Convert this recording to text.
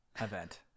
event